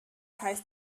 heißt